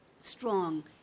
strong